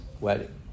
wedding